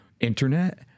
internet